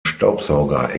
staubsauger